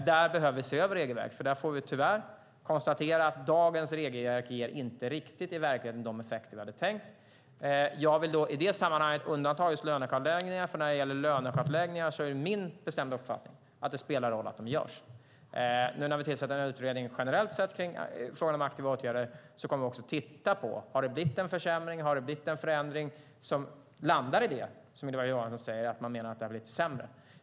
Där behöver vi se över regelverket, för där får vi tyvärr konstatera att dagens regelverk i verkligheten inte riktigt ger de effekter vi hade tänkt. Jag vill i det sammanhanget undanta just lönekartläggningen, för när det gäller lönekartläggningar är det min bestämda uppfattning att det spelar roll att de görs. När vi nu tillsätter en utredning för att generellt undersöka frågan om aktiva åtgärder kommer vi också att titta på om det har blivit en försämring. Har det blivit en förändring som landar i det som Ylva Johansson menar, att det har blivit sämre?